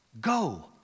go